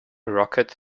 rocket